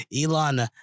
Elon